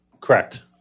Correct